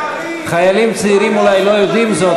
חיילים צעירים אולי לא יודעים זאת,